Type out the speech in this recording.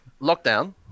Lockdown